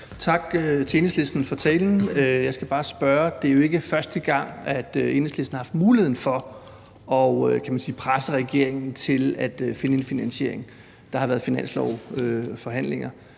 skal bare spørge om noget, for det er jo ikke første gang, at Enhedslisten har haft mulighed for at, kan man sige, presse regeringen til at finde en finansiering. Der har været finanslovsforhandlinger,